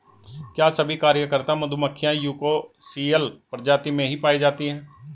क्या सभी कार्यकर्ता मधुमक्खियां यूकोसियल प्रजाति में ही पाई जाती हैं?